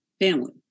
family